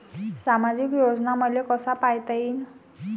सामाजिक योजना मले कसा पायता येईन?